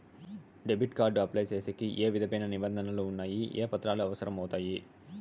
Debit card apply సేసేకి ఏ విధమైన నిబంధనలు ఉండాయి? ఏ పత్రాలు అవసరం అవుతాయి?